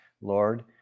Lord